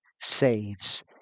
saves